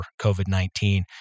COVID-19